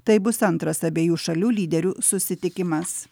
tai bus antras abiejų šalių lyderių susitikimas